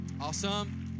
Awesome